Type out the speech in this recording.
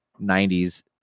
90s